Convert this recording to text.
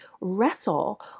wrestle